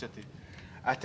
בבקשה.